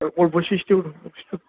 ওর বৈশিষ্ট্য